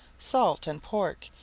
salt, and pork,